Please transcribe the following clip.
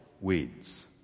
weeds